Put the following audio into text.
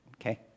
Okay